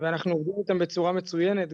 ואנחנו עובדים אותם בצורה מצוינת,